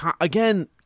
again